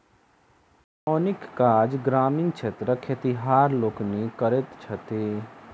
ओसौनीक काज ग्रामीण क्षेत्रक खेतिहर लोकनि करैत छथि